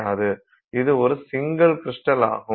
இது ஒரு சிங்கிள் கிரிஸ்டலாகும்